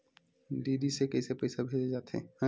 DD से कइसे पईसा भेजे जाथे?